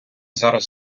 зараз